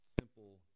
simple